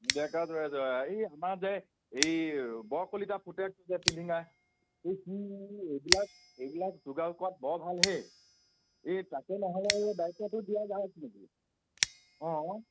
আমাৰ যে এই বৰ কলিতাৰ পুতেক যে পিলিঙা এই সি এইবিলাক এইবিলাক যোগাৰ কৰাত বৰ ভাল হে এই তাকে নহ'লে এই দায়িত্বটো দিয়া যাওক নেকি অ'